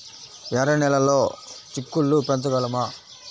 ఎర్ర నెలలో చిక్కుళ్ళు పెంచగలమా?